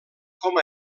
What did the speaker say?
com